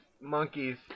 monkeys